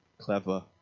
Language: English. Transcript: clever